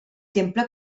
temple